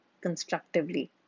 constructively